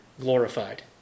glorified